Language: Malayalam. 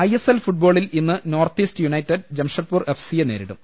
ഐഎസ്എൽ ഫുട്ബോളിൽ ഇന്ന് North East United Jamshedpur എഫ്സിയെ നേരിടും